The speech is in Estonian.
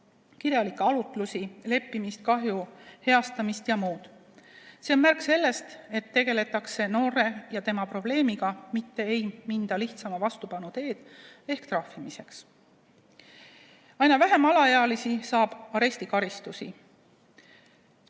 kirjalikke arutlusi, leppimist, kahju heastamist ja muud. See on märk sellest, et tegeldakse noore ja tema probleemiga, mitte ei minda lihtsama vastupanu ehk trahvimise teed. Aina vähem alaealisi saab arestikaristusi.